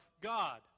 God